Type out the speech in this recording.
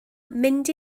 mynd